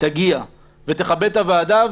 תגיע ותכבד את הוועדה,